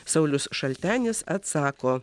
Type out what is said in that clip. saulius šaltenis atsako